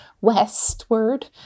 westward